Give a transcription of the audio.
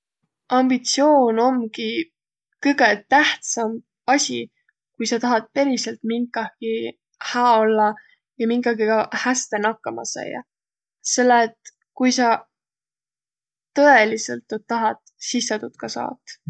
Ambitsioon omgi kõgõ tähtsämb asi, kui sa tahat periselt minkahki hää ollaq ja minkagigaq häste nakkama saiaq. Selle et kui saq tõeliselt tuud tahat, sis sa tuud ka saat.